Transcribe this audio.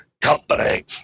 Company